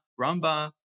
rumba